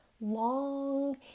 long